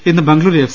ഇന്ന് ബംഗുളൂരു എഫ്